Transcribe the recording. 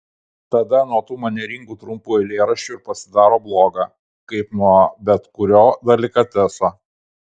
tada nuo tų manieringų trumpų eilėraščių ir pasidaro bloga kaip nuo bet kurio delikateso